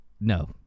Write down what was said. no